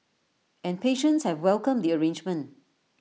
and patients have welcomed the arrangement